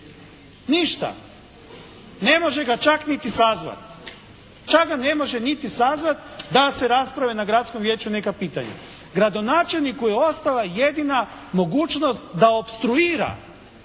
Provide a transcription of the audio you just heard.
Ništa. Ne može ga čak niti sazvat. Čak ga ne može niti sazvat da se rasprave na gradskom vijeću neka pitanja. Gradonačelniku je ostala jedina mogućnost da opstruira